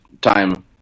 time